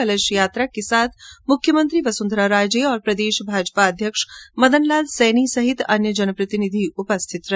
कलश यात्रा के साथ मुख्यमंत्री बसुंधरा राजे और प्रदेश भाजपा अध्यक्ष मदन लाल सैनी सहित अन्य जनप्रतिनिधि उपस्थित रहे